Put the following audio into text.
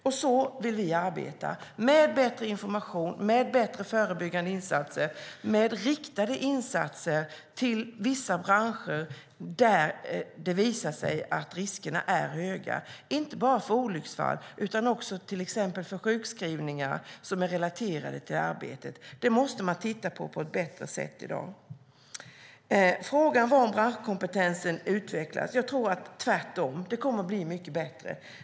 Vi vill arbeta med bättre information, med bättre förebyggande insatser och med riktade insatser till vissa branscher där det visar sig att riskerna är höga, inte bara för olycksfall utan också för exempelvis sjukskrivningar relaterade till arbetet. Det måste man på ett bättre sätt titta på. Frågan var om branschkompetensen utvecklas. Jag tror att den kommer att bli mycket bättre.